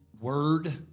word